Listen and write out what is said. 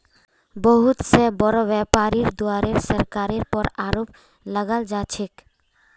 बहुत स बोरो व्यापीरीर द्वारे सरकारेर पर आरोप लगाल जा छेक